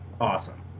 Awesome